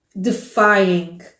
defying